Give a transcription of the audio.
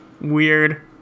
weird